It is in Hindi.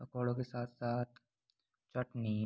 पकौड़ों के साथ साथ चटनी